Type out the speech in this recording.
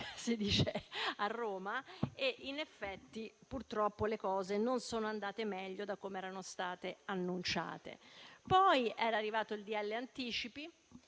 si dice a Roma. In effetti, purtroppo le cose non sono andate meglio da come erano state annunciate. Poi è arrivato il decreto-legge